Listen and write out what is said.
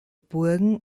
burgen